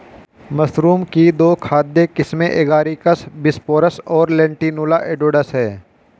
mushroom की दो खाद्य किस्में एगारिकस बिस्पोरस और लेंटिनुला एडोडस है